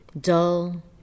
dull